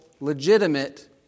legitimate